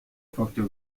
فاکتور